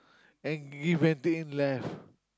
and give and take in life